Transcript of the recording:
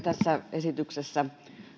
tässä esityksessä